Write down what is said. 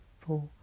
four